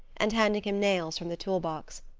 and handing him nails from the tool-box.